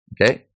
Okay